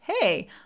hey